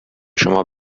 شما